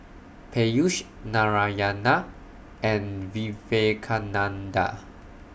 Peyush Narayana and Vivekananda